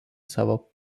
savo